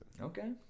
okay